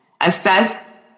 Assess